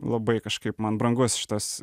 labai kažkaip man brangus šitas